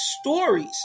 stories